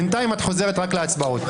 בינתיים את חוזרת רק להצבעות.